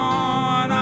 on